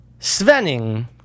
Svenning